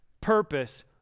purpose